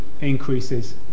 increases